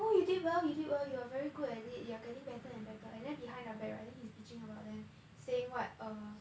oh you did well you did well you are very good at it you are getting better and better and then behind their back right then he's bitching about them saying what err